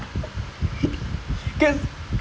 ya I mean ya of course happy lah if